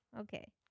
Okay